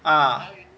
ah